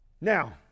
Now